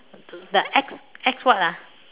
the X X what ah